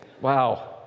Wow